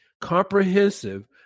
comprehensive